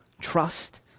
trust